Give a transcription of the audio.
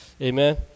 amen